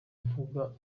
havuga